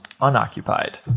unoccupied